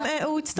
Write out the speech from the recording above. הם יצטרכו לתת לנו.